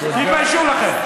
תתביישו לכם.